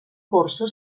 corso